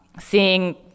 seeing